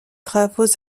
travaux